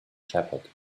shepherd